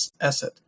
asset